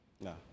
No